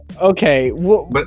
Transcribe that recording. Okay